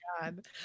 god